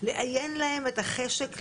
לאיין להם את החשק לאיים.